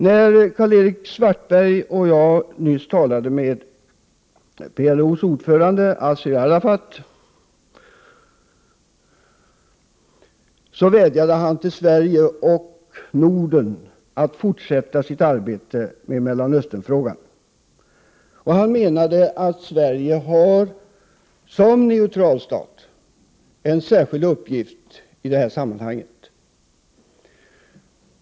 När Karl-Erik Svartberg och jag nyligen talade med PLO:s ordförande, Yassir Arafat, vädjade denne till Sverige och Norden att fortsätta sitt arbete med Mellanösternfrågan. Han menade att Sverige, som neutral stat, har en särskild uppgift i detta sammanhang.